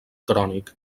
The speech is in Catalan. crònic